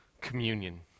communion